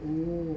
oo